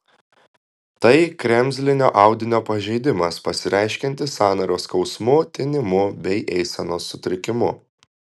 tai kremzlinio audinio pažeidimas pasireiškiantis sąnario skausmu tinimu bei eisenos sutrikimu